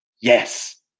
Yes